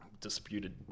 disputed